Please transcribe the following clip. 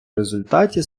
результаті